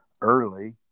early